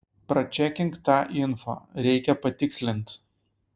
pračekink tą info reikia patikslint